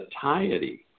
satiety